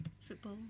Football